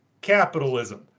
capitalism